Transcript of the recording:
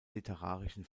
literarischen